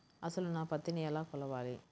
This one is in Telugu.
అసలు నా పత్తిని ఎలా కొలవాలి?